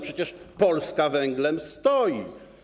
Przecież Polska węglem stoi.